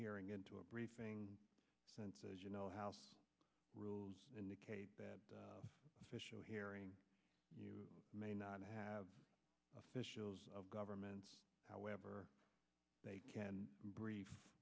hearing into a briefing since as you know house rules indicate that official hearing you may not have official government however they can brief